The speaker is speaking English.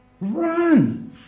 Run